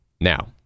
Now